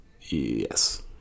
Yes